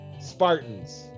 Spartans